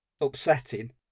upsetting